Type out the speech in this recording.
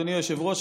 אדוני היושב-ראש,